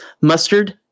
mustard